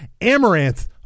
Amaranth